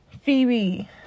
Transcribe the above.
Phoebe